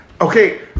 Okay